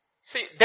See